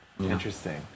Interesting